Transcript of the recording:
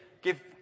give